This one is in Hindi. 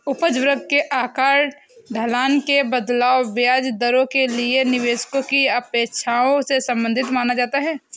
उपज वक्र के आकार, ढलान में बदलाव, ब्याज दरों के लिए निवेशकों की अपेक्षाओं से संबंधित माना जाता है